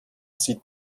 sieht